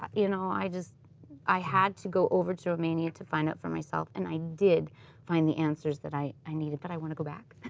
i you know i just i had to go over to romania to find out for myself, and i did find the answers that i i needed, but i want to go back.